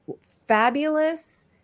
fabulous